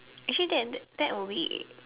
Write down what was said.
actually that that would be